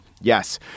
Yes